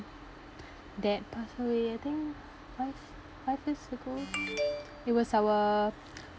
that passed away I think five five years ago it was our